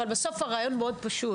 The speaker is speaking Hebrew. אבל בסוף הרעיון הוא מאוד פשוט